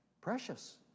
Precious